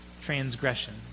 transgression